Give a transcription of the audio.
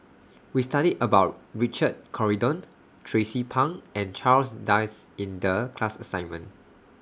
We studied about Richard Corridon Tracie Pang and Charles Dyce in The class assignment